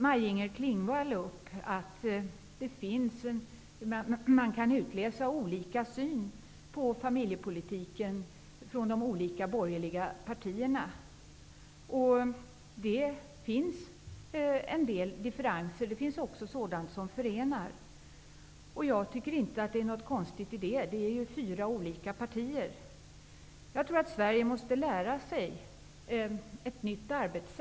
Maj-Inger Klingvall tog upp det faktum att man kan utläsa olika syn på de olika borgerliga partiernas familjepolitik. Det finns en del differenser. Det finns även sådant som förenar partierna. Det är inget konstigt i det. Det är ju fyra olika partier. Jag tror att vi i Sverige måste lära oss ett nytt arbetssätt.